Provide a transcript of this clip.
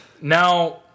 Now